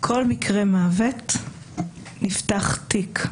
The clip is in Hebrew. כל מקרה מוות, נפתח תיק.